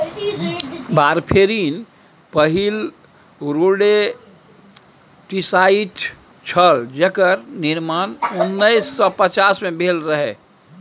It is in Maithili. वारफेरिन पहिल रोडेंटिसाइड छल जेकर निर्माण उन्नैस सय पचास मे भेल रहय